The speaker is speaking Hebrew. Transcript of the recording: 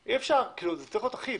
זה צריך להיות אחיד.